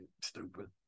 stupid